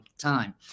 time